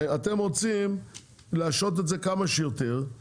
שאתם רוצים להשהות את זה כמה שיותר, אוקיי?